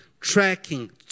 tracking